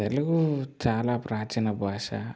తెలుగు చాలా ప్రాచీన భాష